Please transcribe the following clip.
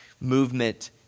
movement